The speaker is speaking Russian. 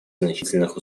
значительных